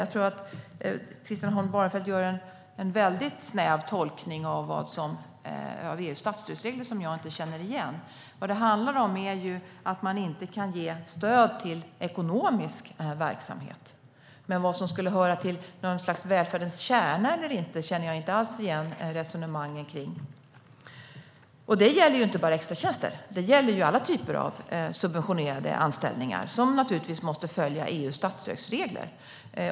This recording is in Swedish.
Jag tror att Christian Holm Barenfeld gör en väldigt snäv tolkning av EU:s statsstödsregler - en tolkning som jag inte känner igen. Det handlar om att man inte kan ge stöd till ekonomisk verksamhet. Men resonemanget om vad som skulle höra till något slags välfärdens kärna eller inte känner jag inte alls igen. Detta gäller inte bara extratjänster, utan det gäller alla typer av subventionerade anställningar. Man måste naturligtvis följa EU:s statsstödsregler.